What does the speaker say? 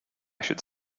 should